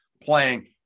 playing –